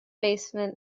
basement